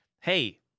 hey